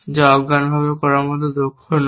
যা অজ্ঞানভাবে করার মতো দক্ষ নয়